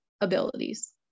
abilities